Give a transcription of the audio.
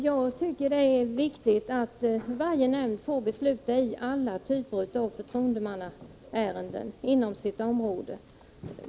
Jag tycker att det är viktigt att varje nämnd ges möjlighet att besluta i alla typer av förtroendemannaärenden inom sitt område.